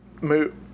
move